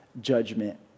judgment